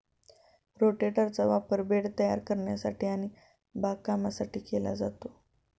रोटेटरचा वापर बेड तयार करण्यासाठी आणि बागकामासाठी केला जातो